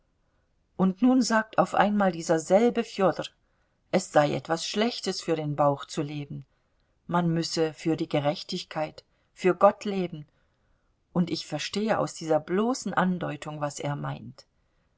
und nun sagt auf einmal dieser selbe fjodor es sei etwas schlechtes für den bauch zu leben man müsse für die gerechtigkeit für gott leben und ich verstehe aus dieser bloßen andeutung was er meint